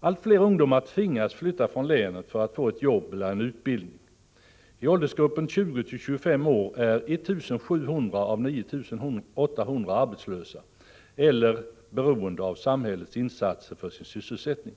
Allt fler ungdomar tvingas flytta från länet för att få ett jobb eller en utbildning. I åldersgruppen 20-25 år är 1700 av 9 800 arbetslösa eller beroende av samhällets insatser för sin sysselsättning.